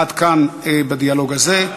עד כאן בדיאלוג הזה.